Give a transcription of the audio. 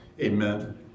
Amen